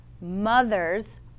mothers